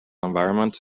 environment